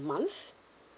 month